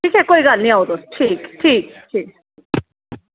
ठीक ऐ कोई गल्ल नी आओ तुस ठीक ठीक ठीक